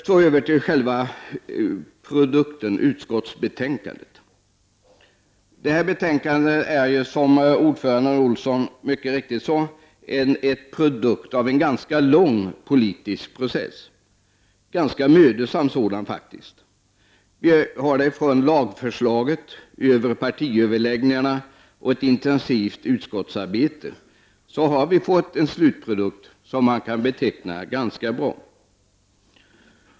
Så över till själva produkten, utskottsbetänkandet. Detta betänkande är, som ordförande herr Olsson mycket riktigt sade, en produkt av en ganska lång politisk process, och en ganska mödosam sådan. Från LAG-förslaget över partiöverläggningarna och via ett intensivt utskottsarbete har vi fått en slutprodukt som man kan beteckna som ganska bra.